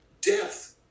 Death